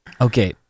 Okay